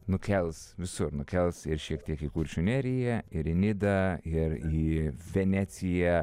nukels visur nukels ir šiek tiek į kuršių neriją ir į nidą ir į veneciją